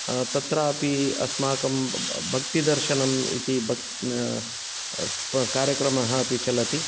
तत्रापि अस्माकं भक्तिदर्शनं इति भ प कार्यक्रमः अपि चलति